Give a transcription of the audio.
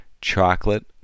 chocolate